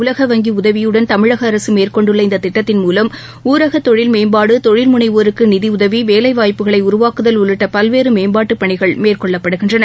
உலக வங்கி உதவியுடன் தமிழக அரசு மேற்கொண்டுள்ள இந்த திட்டத்தின் மூலம் ஊரக தொழில் மேம்பாடு தொழில் முனைவோருக்கு நிதி உதவி வேலை வாய்ப்புகளை உருவாக்குதல் உள்ளிட்ட பல்வேறு மேம்பாட்டுப் பணிகள் மேற்கொள்ளப்படுகின்றன